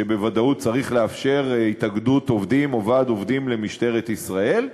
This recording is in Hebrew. שבוודאות צריך לאפשר התאגדות עובדים או ועד עובדים למשטרת ישראל.